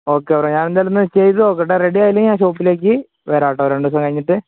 okay bro ഞാനെന്തായാലും ഒന്ന് ചെയ്തുനോക്കട്ടെ റെഡി ആയില്ലെങ്കില് ഞാന് ഷോപ്പിലേക്ക് വരാം കേട്ടോ രണ്ട് ദിവസം കഴിഞ്ഞിട്ട്